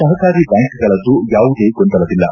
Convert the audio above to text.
ಸಹಕಾರಿ ಬ್ಯಾಂಕ್ಗಳದ್ದು ಯಾವುದೇ ಗೊಂದಲವಿಲ್ಲ